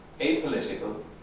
apolitical